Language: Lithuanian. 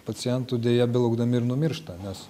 pacientų deja belaukdami ir numiršta nes